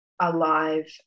alive